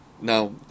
Now